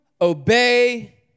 obey